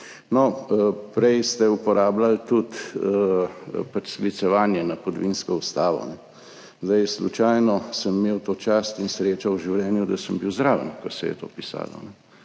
Prej ste uporabljali tudi sklicevanje na podvinsko ustavo. Slučajno sem imel to čast in srečo v življenju, da sem bil zraven, ko se je to pisalo